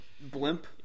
blimp